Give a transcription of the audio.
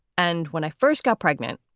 and when i first got pregnant,